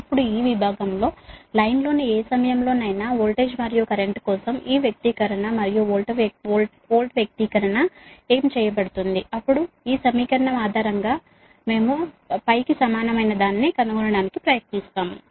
ఇప్పుడు ఈ విభాగంలో లైన్ లోని ఏ సమయంలోనైనా వోల్టేజ్ మరియు కరెంట్ కోసం ఈ వ్యక్తీకరణ మరియు వోల్ట్ వ్యక్తీకరణ ఏమి చేయబడుతుంది అప్పుడు ఈ సమీకరణం ఆధారంగా వీటి ఆధారంగా మేము కు సమానమైనదాన్ని కనుగొనడానికి ప్రయత్నిస్తాము